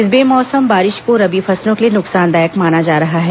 इस बेमौसम बारिश को रबी फसलों के लिए नुकसानदायक माना जा रहा है